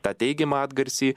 tą teigiamą atgarsį